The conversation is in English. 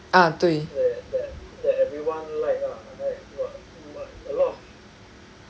ah 对